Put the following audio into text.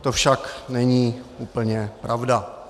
To však není úplně pravda.